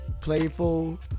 playful